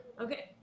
Okay